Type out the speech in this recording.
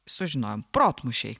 sužinojom protmūšiai